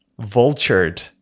vultured